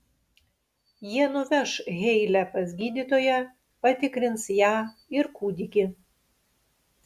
jie nuveš heilę pas gydytoją patikrins ją ir kūdikį